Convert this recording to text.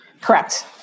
correct